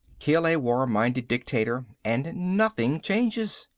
kill a war-minded dictator and nothing changes.